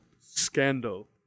scandal